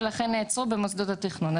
ולכן הן נעצרו במוסדות התכנון.